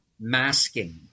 masking